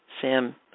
Sam